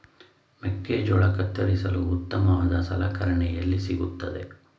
ಮೆಕ್ಕೆಜೋಳ ಕತ್ತರಿಸಲು ಉತ್ತಮವಾದ ಸಲಕರಣೆ ಎಲ್ಲಿ ಸಿಗುತ್ತದೆ?